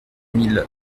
mille